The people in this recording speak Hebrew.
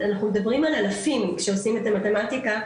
אנחנו מדברים על אלפים כשעושים את המתמטיקה,